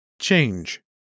Change